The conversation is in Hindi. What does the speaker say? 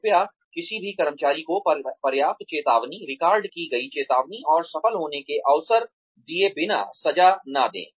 कृपया किसी भी कर्मचारी को पर्याप्त चेतावनी रिकॉर्ड की गई चेतावनी और सफल होने के अवसर दिए बिना सजा न दें